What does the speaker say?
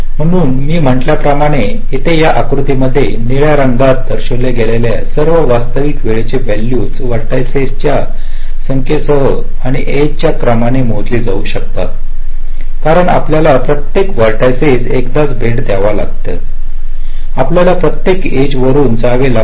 म्हणून मी म्हटल्या प्रमाणे येथे या आकृती मध्ये निळ्या रंगात दर्शविल्या गेलेल्या सर्व वास्तविक वेळेची व्हॅल्यूज व्हर्टिसिसच्या संख्येसह आणि एज च्या क्रमाने मोजली जाऊ शकतात कारण आपल्याला प्रत्येक व्हर्टिसिस एकदाच भेट द्याव्या लागतात आपल्याला प्रत्येक एज वरुन जावे लागते